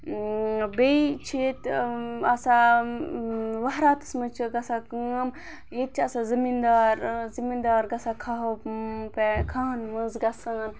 بیٚیہِ چھِ ییٚتہِ آسان وَہراتَس منٛز چھِ گژھان کٲم ییٚتہِ چھِ آسان زٔمیٖندار زٔمیٖندار گژھان کھَہہ ہو کھَہہ ہَن منٛز گژھان